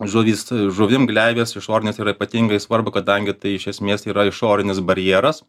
žuvys žuvim gleivės išorinės yra ypatingai svarbu kadangi tai iš esmės yra išorinis barjeras